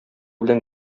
белән